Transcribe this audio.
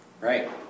Right